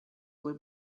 will